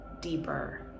deeper